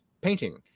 painting